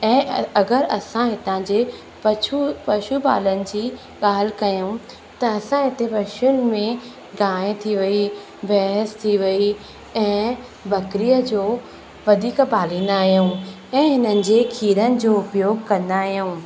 ऐं अगरि असां हितां जे पछु पशुपालन जी ॻाल्हि कयूं त असां हिते पशुनि में गांहि थी वई भैस थी वई ऐं बकरीअ जो वधीक पालींदा आहियूं ऐं हिननि जे खीरनि जो उपयोगु कंदा आहियूं